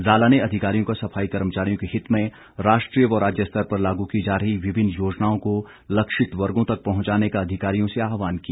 जाला ने अधिकारियों का सफाई कर्मचारियों के हित में राष्ट्रीय व राज्य स्तर पर लागू की जा रही विभिन्न योजनाओं को लक्षित वर्गो तक पहुंचाने का अधिकारियों से आह्वान किया